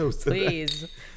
Please